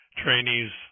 trainees